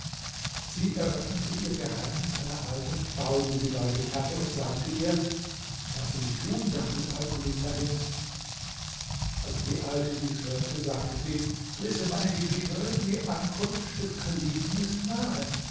sie eröffnete ihr geheimnis einer alten frau die sie bei sich hatte und sagte ihr was soll ich tun da kut alkulub dahin ist als die alte dies hörte sagte sie wisse meine gebieterin die ankunft des kalifen ist nahe